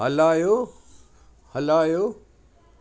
हलायो हलायो